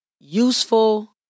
useful